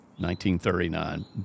1939